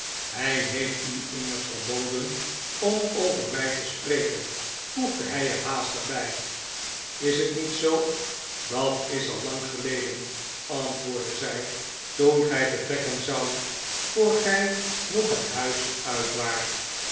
hij heeft u immers verboden om over mij te spreken voegde hij er haastig bij is het niet zoo dat is al lang geleden antwoordde zij toen gij vertrekken zoudt voor gij nog het huis uit waart